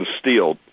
steel